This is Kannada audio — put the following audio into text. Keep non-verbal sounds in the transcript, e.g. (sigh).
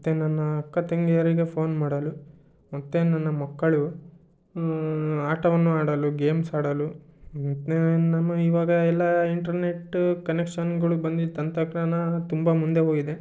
ಮತ್ತು ನನ್ನ ಅಕ್ಕ ತಂಗಿಯರಿಗೆ ಫೋನ್ ಮಾಡಲು ಮತ್ತು ನನ್ನ ಮಕ್ಕಳು ಆಟವನ್ನು ಆಡಲು ಗೇಮ್ಸ್ ಆಡಲು ಮತ್ತು ನಮ್ಮ ಇವಾಗ ಎಲ್ಲ ಇಂಟರ್ನೆಟ್ಟು ಕನೆಕ್ಷನ್ಗಳು ಬಂದಿದ್ದಂಥ (unintelligible) ತುಂಬ ಮುಂದೆ ಹೋಗಿದೆ